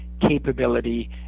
capability